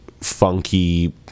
funky